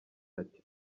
ati